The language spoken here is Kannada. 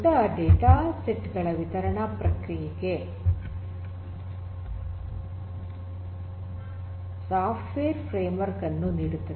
ದೊಡ್ಡ ಡೇಟಾಸೆಟ್ ಗಳ ವಿತರಣಾ ಪ್ರಕ್ರಿಯೆಗೆ ಸಾಫ್ಟ್ವೇರ್ ಫ್ರೇಮ್ವರ್ಕ್ ಅನ್ನು ನೀಡುತ್ತದೆ